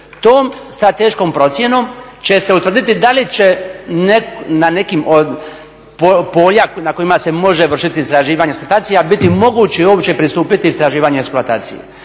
Tom strateškom procjenom će se utvrditi da li će na nekim od polja na kojima se može vršit istraživanje i eksploatacija biti moguće uopće pristupiti istraživanju i eksploataciji.